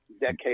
decade